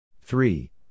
three